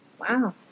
Wow